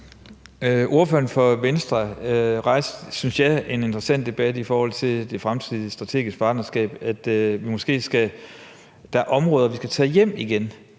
Ordføreren for Venstre rejste, synes jeg, en interessant debat i forhold til det fremtidige strategiske partnerskab, nemlig at der måske er områder, vi skal tage hjem igen.